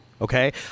okay